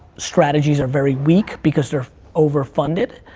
strategies are very weak, because they're over-funded,